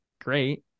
Great